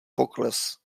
pokles